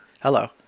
Hello